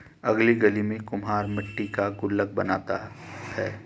अगली गली में कुम्हार मट्टी का गुल्लक बनाता है